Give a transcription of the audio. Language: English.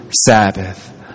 Sabbath